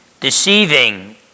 deceiving